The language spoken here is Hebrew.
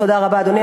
תודה רבה, אדוני.